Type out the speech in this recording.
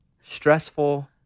stressful